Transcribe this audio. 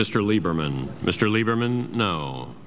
mr lieberman mr lieberman kno